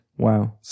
Wow